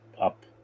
up